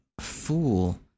fool